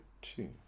two